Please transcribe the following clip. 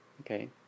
Okay